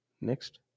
Next